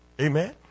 amen